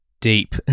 deep